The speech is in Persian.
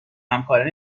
همکاران